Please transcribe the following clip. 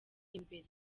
imbere